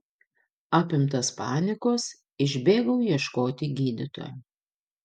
apimtas panikos išbėgau ieškoti gydytojo